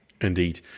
Indeed